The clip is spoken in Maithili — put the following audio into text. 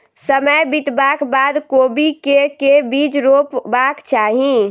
समय बितबाक बाद कोबी केँ के बीज रोपबाक चाहि?